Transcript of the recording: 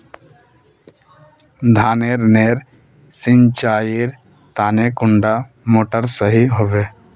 धानेर नेर सिंचाईर तने कुंडा मोटर सही होबे?